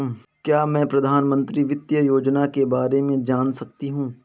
क्या मैं प्रधानमंत्री वित्त योजना के बारे में जान सकती हूँ?